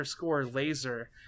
laser